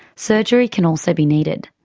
surgery can also be needed.